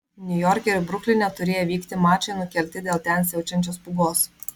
niujorke ir brukline turėję vykti mačai nukelti dėl ten siaučiančios pūgos